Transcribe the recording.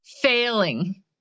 failing